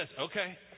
Okay